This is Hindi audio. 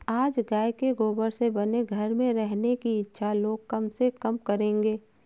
आज गाय के गोबर से बने घर में रहने की इच्छा लोग कम से कम करेंगे